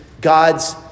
God's